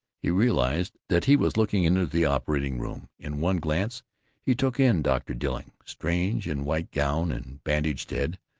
he realized that he was looking into the operating-room in one glance he took in dr. dilling, strange in white gown and bandaged head,